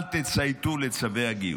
אל תצייתו לצווי הגיוס.